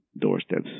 doorsteps